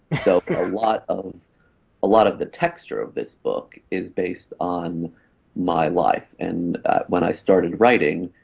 so a lot of lot of the texture of this book is based on my life and when i started writing,